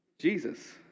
Jesus